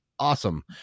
awesome